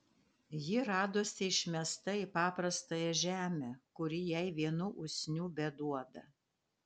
ji radosi išmesta į paprastąją žemę kuri jai vienų usnių beduoda